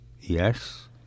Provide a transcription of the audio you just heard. yes